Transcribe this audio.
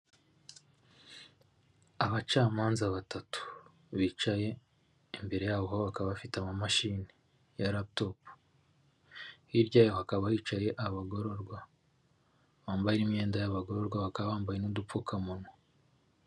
Abacamanza batatu bicaye imbere yabo bakaba bafite amamashini ya raputopu, hirya ho hakaba hicaye abagororwa bambaye imyenda y'abagororwa bakaba bambaye n'udupfukamunwa.